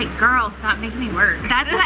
like, girl, stop making me work. that's what